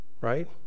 Right